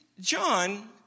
John